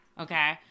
okay